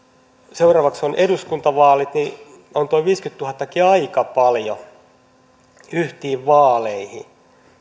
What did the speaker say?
seuraavaksi on eduskuntavaalit niin on tuo viisikymmentätuhattakin aika paljon yksiin vaaleihin